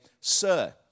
Sir